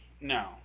No